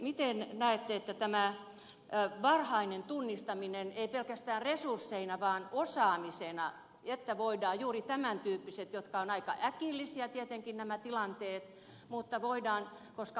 miten näette tämän varhaisen tunnistamisen ei pelkästään resursseina vaan osaamisena että voidaan välttää juuri tämän tyyppiset tilanteet jotka ovat aika äkillisiä tietenkin nämä tilanteet mutta voidaan koska